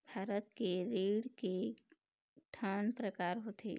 भारत के ऋण के ठन प्रकार होथे?